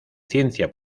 ciencia